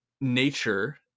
nature